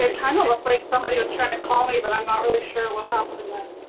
ah kinda looked like somebody was trying to call me but i'm not really sure what happened there.